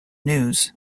news